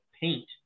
paint